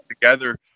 together